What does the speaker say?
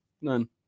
None